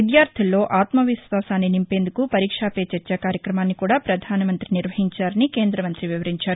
విద్యార్గుల్లో ఆత్వవిస్వాశాన్ని నింపేందుకు పరీక్షా పే చర్చ కార్యకమాన్ని కూడా ప్రధానమంతి నిర్వహించారని కేందమంతి వివరించారు